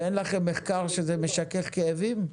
ואין לך מחקר שזה משכך כאבים?